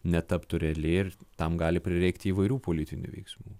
netaptų reali ir tam gali prireikti įvairių politinių veiksmų